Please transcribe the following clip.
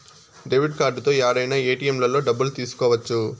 debit కార్డుతో యాడైనా ఏటిఎంలలో డబ్బులు తీసుకోవచ్చు